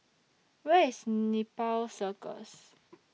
Where IS Nepal Circus